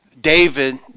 David